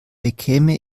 bekäme